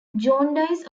jaundice